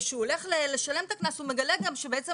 וכשהוא הולך לשלם את הקנס הוא מגלה גם שבעצם